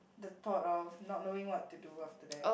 the thought of not knowing what to do after that